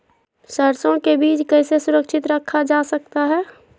सरसो के बीज कैसे सुरक्षित रखा जा सकता है?